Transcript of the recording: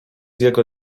jego